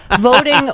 Voting